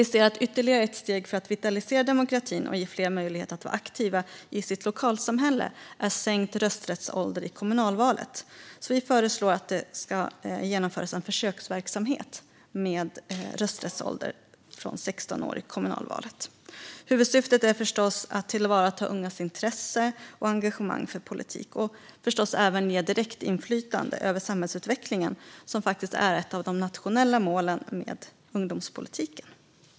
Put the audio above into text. Vi ser att ytterligare ett steg för att vitalisera demokratin och ge fler möjlighet att vara aktiva i sitt lokalsamhälle är sänkt rösträttsålder i kommunalvalet. Vi föreslår att det ska genomföras en försöksverksamhet med rösträttsålder från 16 år i kommunalvalet. Huvudsyftet är förstås att tillvarata ungas intresse och engagemang för politik. Det ger även direktinflytande över samhällsutvecklingen, som är ett av de nationella målen för ungdomspolitiken.